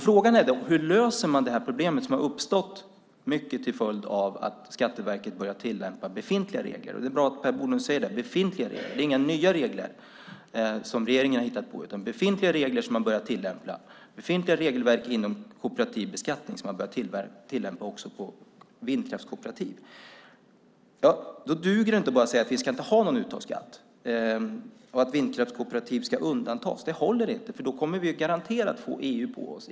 Frågan är då hur man löser det problem som har uppstått mycket till följd av att Skatteverket har börjat tillämpa befintliga regler. Det är bra att Per Bolund säger att det är befintliga regler. Det är inga nya regler som regeringen har hittat på, utan det är befintliga regelverk inom kooperativ beskattning som man har börjat tillämpa också på vindkraftskooperativ. Det duger inte att säga att vi inte ska ha någon uttagsskatt och att vindkraftskooperativ ska undantas. Det håller inte, för då kommer vi garanterat att få EU på oss.